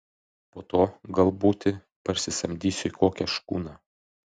po to gal būti parsisamdysiu į kokią škuną